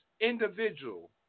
individual